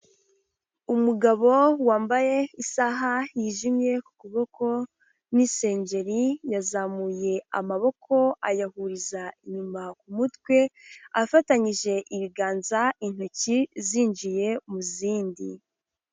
Umugabo wambaye isaha yijimye ku kuboko n'isengeri, yazamuye amaboko ayahuza inyuma ku mutwe afatanyije ibiganza, intoki zinjiye mu zindi.